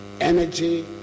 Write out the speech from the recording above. energy